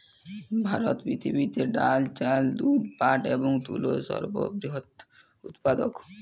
ভারত পৃথিবীতে ডাল, চাল, দুধ, পাট এবং তুলোর সর্ববৃহৎ উৎপাদক